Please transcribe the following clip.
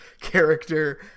character